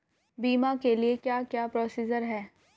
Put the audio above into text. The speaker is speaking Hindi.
बीमा के लिए क्या क्या प्रोसीजर है?